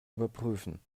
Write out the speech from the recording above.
überprüfen